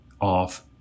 off